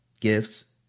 gifts